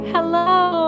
Hello